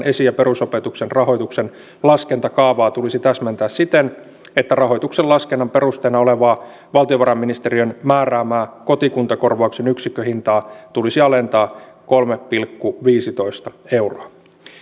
esi ja perusopetuksen rahoituksen laskentakaavaa tulisi täsmentää siten että rahoituksen laskennan perusteena olevaa valtiovarainministeriön määräämää kotikuntakorvauksen yksikköhintaa tulisi alentaa kolme pilkku viisitoista euroa